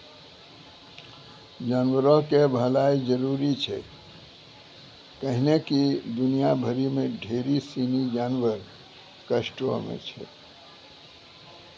जानवरो के भलाइ जरुरी छै कैहने कि दुनिया भरि मे ढेरी सिनी जानवर कष्टो मे छै